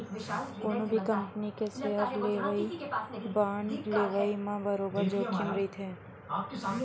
कोनो भी कंपनी के सेयर लेवई, बांड लेवई म बरोबर जोखिम रहिथे